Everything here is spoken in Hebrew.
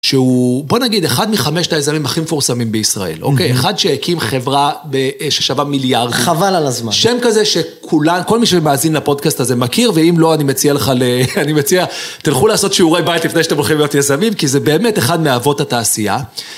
שהוא, בוא נגיד, אחד מחמשת היזמים הכי מפורסמים בישראל, אוקיי? אחד שהקים חברה ששווה מיליארד, חבל על הזמן. שם כזה שכולם, כל מי שמאזין לפודקאסט הזה מכיר, ואם לא אני מציע לך, אני מציע, תלכו לעשות שיעורי בית לפני שאתם הולכים להיות יזמים, כי זה באמת אחד מאבות התעשייה.